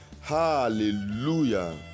hallelujah